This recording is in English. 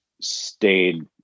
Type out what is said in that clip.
stayed